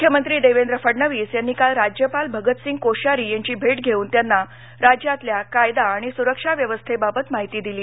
मुख्यमंत्री देवेंद्र फडणवीस यांनी काल राज्यपाल भगतसिंग कोश्यारी यांची भेट घेऊन त्यांना राज्यातल्या कायदा आणि सुरक्षा व्यवस्थेबाबत माहिती दिली